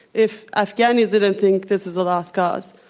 if afghanis ah don't think this is a lost cause,